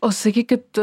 o sakykit